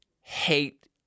hate